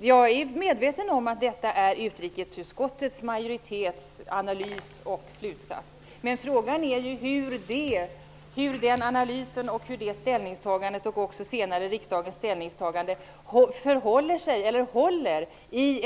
Jag är medveten om att detta är utrikesutskottets majoritets analys och slutsats. Men frågan är hur den analysen och det ställningstagandet, liksom senare riksdagens ställningstagande, håller i